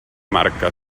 marca